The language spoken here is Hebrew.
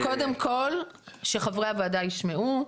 אז קודם כל שחברי הוועדה ישמעו,